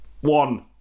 One